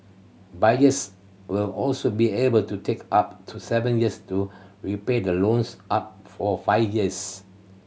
buyers will also be able to take up to seven years to repay the loans up for five years